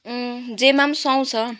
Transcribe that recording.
जेमा पनि सुहाउँछ